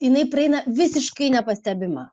jinai praeina visiškai nepastebima